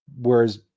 Whereas